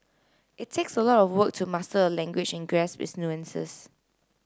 it takes a lot of work to master a language and grasp its nuances